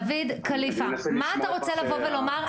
דוד כליפה, מה אתה רוצה לבוא ולומר?